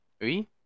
Oui